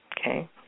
Okay